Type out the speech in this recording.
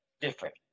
different